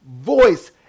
voice